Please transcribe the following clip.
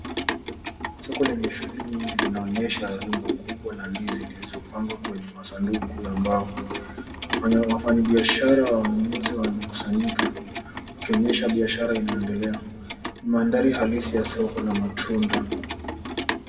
Soko lenye shughuli nyingi linaonyesha rundo kubwa la ndizi zilizo pangwa kwenye masanduku ya mbao. Wafanyabiashara na wanunuzi wanakusanyika wakionyesha biashara inaendelea. Mandhari halisi ya soko la matunda